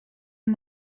and